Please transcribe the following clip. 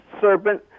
serpent